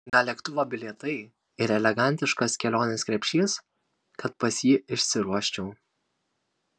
gal lėktuvo bilietai ir elegantiškas kelionės krepšys kad pas jį išsiruoščiau